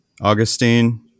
Augustine